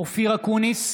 אופיר אקוניס,